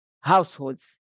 households